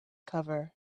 cover